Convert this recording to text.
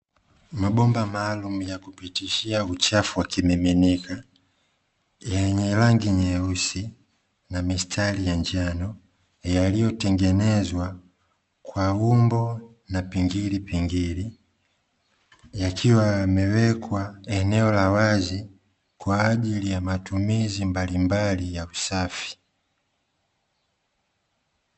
Mabomba maalumu ya kupitishia uchafu wa kimiminika, yenye rangi nyeusi na mistari ya njano, yaliyotengenezwa kwa umbo na pingilipingili. Yakiwa yamewekwa eneo la wazi, kwa ajili ya matumizi mbalimbali ya usafi.